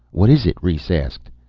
what is it? rhes asked.